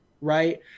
right